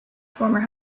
former